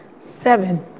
seven